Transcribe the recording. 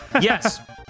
Yes